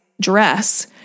dress